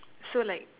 so like